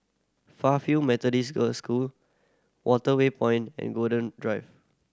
Fairfield Methodist Girl School Waterway Point and Golden Drive